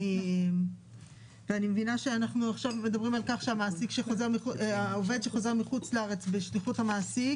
אני מבינה שעכשיו אנחנו מדברים על כך שהעובד שחוזר משליחות המעסיק